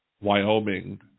Wyoming